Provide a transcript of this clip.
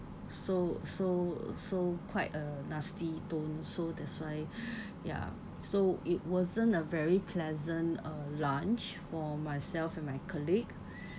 so so so quite a nasty tone so that's why ya so it wasn't a very pleasant uh lunch for myself and my colleague